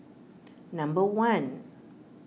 number one